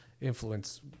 influence